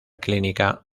clínica